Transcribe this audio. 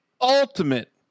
ultimate